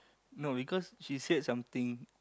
no because she said something